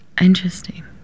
interesting